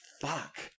fuck